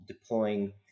deploying